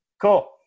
cool